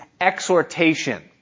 exhortation